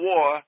War